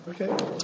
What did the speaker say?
Okay